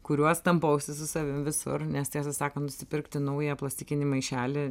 kuriuos tampausi su savim visur nes tiesą sakant nusipirkti naują plastikinį maišelį